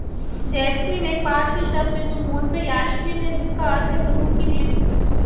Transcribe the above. jasmine एक पारसी शब्द है जो मूलतः यासमीन है जिसका अर्थ है प्रभु की देन